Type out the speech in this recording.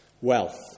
Wealth